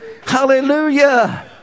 Hallelujah